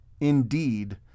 Indeed